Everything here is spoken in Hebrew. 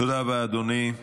תודה רבה, אדוני.